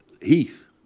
Heath